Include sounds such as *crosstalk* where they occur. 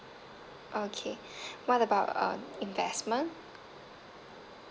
okay *breath* what about uh investment